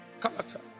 character